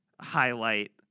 highlight